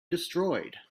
destroyed